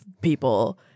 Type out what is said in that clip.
people